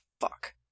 Fuck